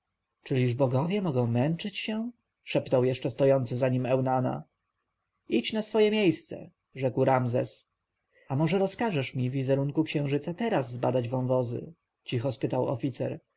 czyliż bogowie mogą męczyć się szepnął jeszcze stojący za nim eunana idź na swoje miejsce rzekł ramzes a może rozkażesz mi wizerunku księżyca teraz zbadać wąwozy cicho spytał oficer